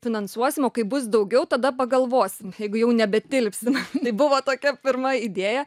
finansuosim o kai bus daugiau tada pagalvosim jeigu jau nebetilpsim tai buvo tokia pirma idėja